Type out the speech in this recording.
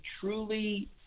truly